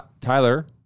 Tyler